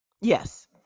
Yes